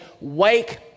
wake